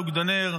הוא הלך לאוגדונר,